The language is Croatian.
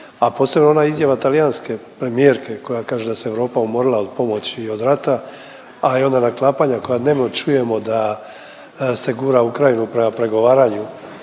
a posebno ona izjava talijanske premijerke koja kaže da se Europa umorila od pomoći i od rata, a onda i naklapanja koja dnevno čujemo da se gura Ukrajinu prema pregovaranju